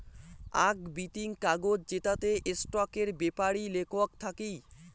আক বিতিং কাগজ জেতাতে স্টকের বেপারি লেখক থাকি